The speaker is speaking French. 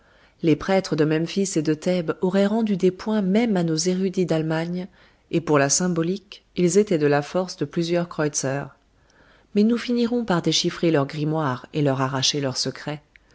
les prêtres de memphis et de thèbes auraient rendu des points même à nos érudits d'allemagne et pour la symbolique ils étaient de la force de plusieurs creuzer mais nous finirons par déchiffrer leurs grimoires et leur arracher leur secret